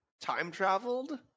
time-traveled